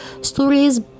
stories